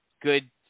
good